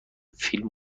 فیلم